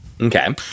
Okay